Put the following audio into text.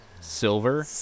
silver